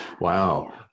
Wow